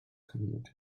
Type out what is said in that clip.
commuting